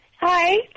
Hi